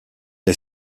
est